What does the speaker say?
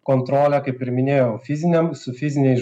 kontrolę kaip ir minėjau fiziniam su fiziniais ž